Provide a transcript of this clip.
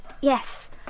yes